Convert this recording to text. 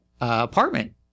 apartment